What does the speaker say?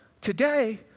today